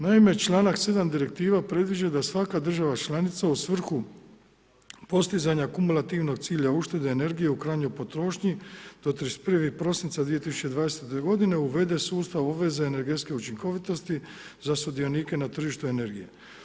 Naime članak 7 direktiva predviđa da svaka država članica u svrhu postizanja kumulativnog cilja uštede energije u krajnjoj potrošnji do 31. prosinca 2020. godine uvede sustav obveze energetske učinkovitosti za sudionike na tržištu energije.